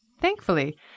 Thankfully